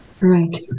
Right